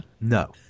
No